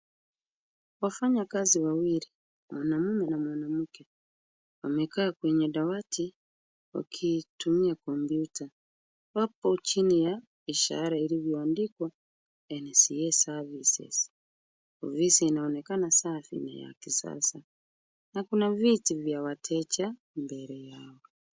Wafanyakazi wawili mwanamume na mwanamke wamekaa kwenye dawati wakitumia kompyuta, wako chini ya ishara iliyoandikwa NCS services , ofisi inaonekana safi na ya kisasa na kuna viti vya wateja mbele yao.